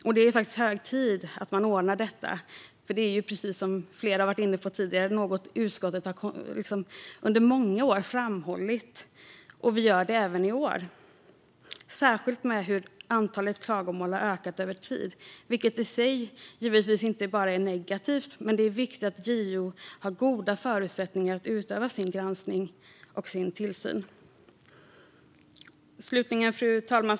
Det är hög tid att man ordnar detta. Precis som flera har varit inne på tidigare är det något som utskottet under många år har framhållit och även gör i år. Detta gäller särskilt med tanke på att antalet klagomål har ökat över tid, vilket i sig givetvis inte enbart är negativt, men det är viktigt att JO har goda förutsättningar att utöva sin granskning och tillsyn. Fru talman!